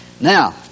Now